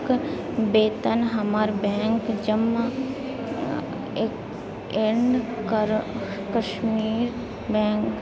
वेतन हमर bank Jammu and Kashmir bank